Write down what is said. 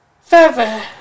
further